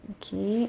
okay